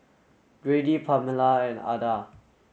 Grady Pamella and Adah